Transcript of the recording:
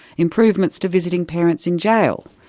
improvements to visiting parents in jail,